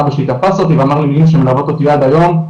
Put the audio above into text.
אבא שלי תפס אותי ואמר לי מילים שמלוות אותי עד היום,